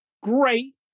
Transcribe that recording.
Great